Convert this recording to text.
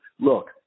look